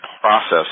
process